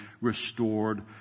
restored